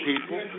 people